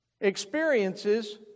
experiences